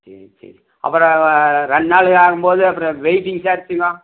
சரி சரி அப்புறம் ரெண்டு நாள் ஆகும்போது அப்புறம் வெயிட்டிங் சார்ஜிங்க